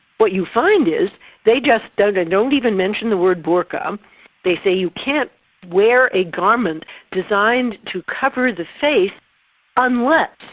what you find is they just don't don't even mention the word burqa um they say you can't wear a garment designed to cover the face unless,